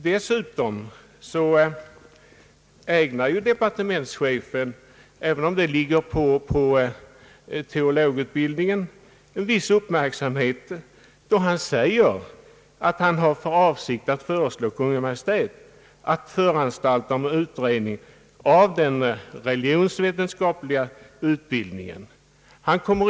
Dessutom ägnar departementschefen — även om det gäller teologutbildningen — ämnet en viss uppmärksamhet då han säger att han har för avsikt att föreslå Kungl. Maj:t att föranstalta om en utredning av den religionsvetenskapliga utbildningen.